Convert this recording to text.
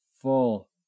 full